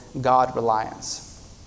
God-reliance